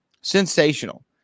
Sensational